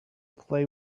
play